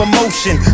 Emotion